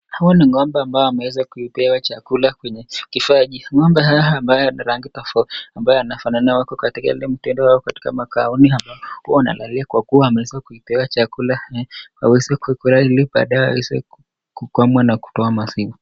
Hawa ni ng'ombe ambao wameweza kupewa chakula kwenye kifaa hicho. Ng'ombe hawa ambao wana rangi tofauti ambayo inafanana, wako katika ile mtindo au katika makaazi ambayo huwa wanalalia kwa kuwa wameweza kupewa chakula ili waweze kula ili baadaye waweze kukamuliwa na kutoa maziwa.